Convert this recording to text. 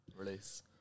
release